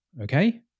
Okay